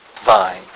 vine